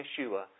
Yeshua